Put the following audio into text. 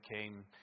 came